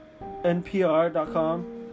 NPR.com